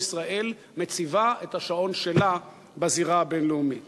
ישראל מציבה את השעון שלה בזירה הבין-לאומית.